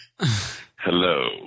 Hello